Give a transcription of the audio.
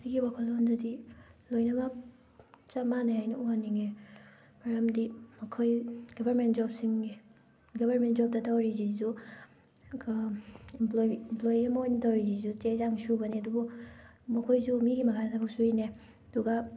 ꯑꯩꯒꯤ ꯋꯥꯈꯜꯂꯣꯟꯗꯗꯤ ꯂꯣꯏꯅꯃꯛ ꯆꯞ ꯃꯥꯟꯅꯩ ꯍꯥꯏꯅ ꯎꯍꯟꯅꯤꯡꯉꯦ ꯃꯔꯝꯗꯤ ꯃꯈꯣꯏ ꯒꯕꯔꯃꯦꯟ ꯖꯣꯕꯁꯤꯡꯒꯤ ꯒꯕꯔꯃꯦꯟ ꯖꯣꯕꯇ ꯇꯧꯔꯤꯁꯤꯁꯨ ꯑꯦꯝꯄ꯭ꯂꯣꯌꯤ ꯑꯦꯝꯄ꯭ꯂꯣꯌꯤ ꯑꯃ ꯑꯣꯏꯅ ꯇꯧꯔꯤꯁꯤꯁꯨ ꯆꯦ ꯆꯥꯡ ꯁꯨꯕꯅꯤ ꯑꯗꯨꯕꯨ ꯃꯈꯣꯏꯁꯨ ꯃꯤꯒꯤ ꯃꯈꯥꯗ ꯊꯕꯛ ꯁꯨꯔꯤꯅꯦ ꯑꯗꯨꯒ